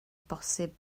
posib